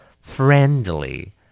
Friendly